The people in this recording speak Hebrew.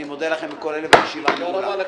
הישיבה נעולה.